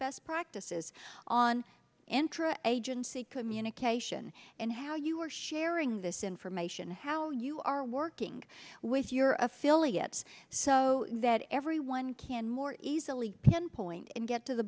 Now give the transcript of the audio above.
best practices on intra agency communication and how you were sharing this information how you are working with your affiliates so that everyone can more easily pinpoint and get to the